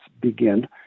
begin